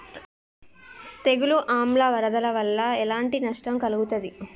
తెగులు ఆమ్ల వరదల వల్ల ఎలాంటి నష్టం కలుగుతది?